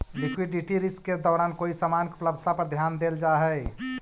liquidity risk के दौरान कोई समान के उपलब्धता पर ध्यान देल जा हई